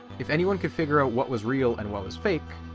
if anyone could figure out what was real and what was fake,